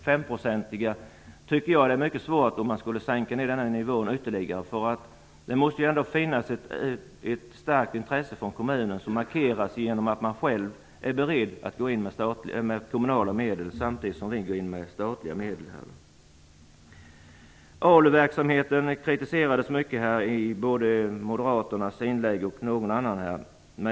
Det vore svårt att sänka den nivån ytterligare. Det måste finnas ett starkt intresse från kommunen som markeras genom att man själv är beredd att gå in med kommunala medel samtidigt som vi går in med statliga medel. ALU-verksamheten kritiserades både i Moderaternas och någon annans inlägg.